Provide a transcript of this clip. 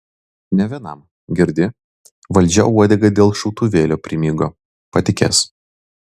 ne vienam girdi valdžia uodegą dėl šautuvėlio primygo patikės